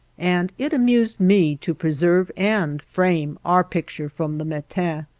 and it amused me to preserve and frame our picture from the matin.